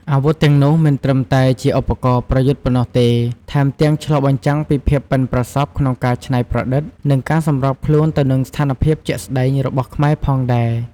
អាវុធទាំងនោះមិនត្រឹមតែជាឧបករណ៍ប្រយុទ្ធប៉ុណ្ណោះទេ ថែមទាំងឆ្លុះបញ្ចាំងពីភាពប៉ិនប្រសប់ក្នុងការច្នៃប្រឌិត និងការសម្របខ្លួនទៅនឹងស្ថានភាពជាក់ស្តែងរបស់ខ្មែរផងដែរ។